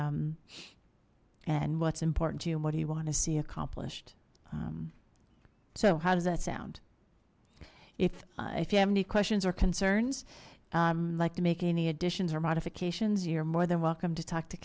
and and what's important to you and what do you want to see accomplished so how does that sound if if you have any questions or concerns like to make any additions or modifications you're more than welcome to talk to